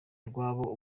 rw’abo